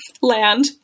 land